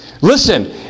Listen